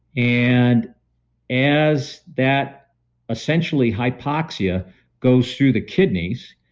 and as that essentially hypoxia goes through the kidneys,